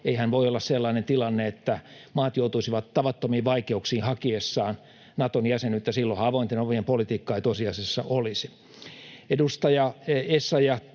Eihän voi olla sellainen tilanne, että maat joutuisivat tavattomiin vaikeuksiin hakiessaan Naton jäsenyyttä. Silloinhan avointen ovien politiikkaa ei tosiasiassa olisi.